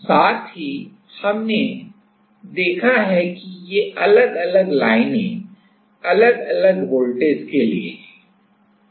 साथ ही हमने देखा है कि ये अलग अलग लाइनें अलग अलग वोल्टेज के लिए हैं